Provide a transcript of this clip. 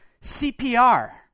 CPR